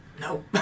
No